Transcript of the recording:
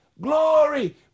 glory